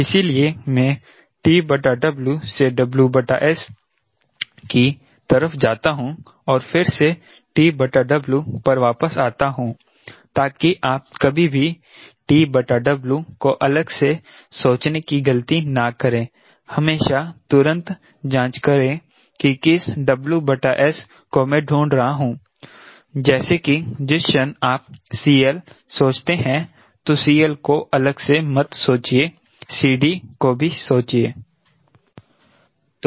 इसीलिए मैं TW से WS की तरफ जाता हूं और फिर से TW पर वापस आता हूं ताकि आप कभी भी TW को अलग से सोचने की गलती ना करें हमेशा तुरंत जांचें करें कि किस WS को मैं ढूंढ रहा हूँ जैसे कि जिस क्षण आप CL सोचते हैं तो CL को अलग से मत सोचिए CD को भी सोचिए